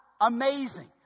Amazing